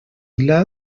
vila